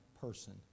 person